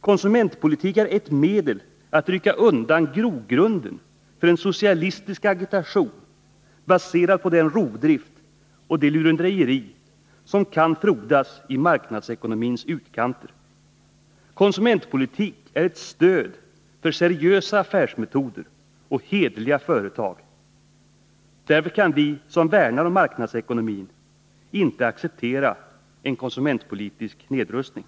Konsumentpolitiken är ett medel att rycka undan grogrunden för en socialistisk agitation, baserad på den rovdrift och det lurendrejeri som kan frodas i marknadsekonomins utkanter. Konsumentpolitik är ett stöd för seriösa affärsmetoder och hederliga företag. Därför kan vi som värnar om marknadsekonomin inte acceptera en konsumentpolitisk nedrustning.